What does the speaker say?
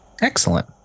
Excellent